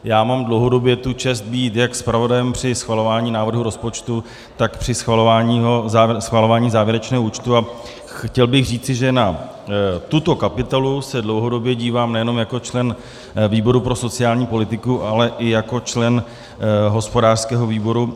Já mám dlouhodobě tu čest být jak zpravodajem při schvalování návrhu rozpočtu, tak při schvalování závěrečného účtu, a chtěl bych říci, že na tuto kapitolu se dlouhodobě dívám nejenom jako člen výboru pro sociální politiku, ale i jako člen hospodářského výboru.